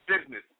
business